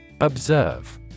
Observe